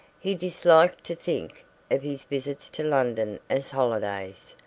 he disliked to think of his visits to london as holidays,